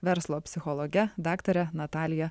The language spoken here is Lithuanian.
verslo psichologe daktare natalija